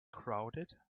crowded